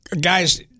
guys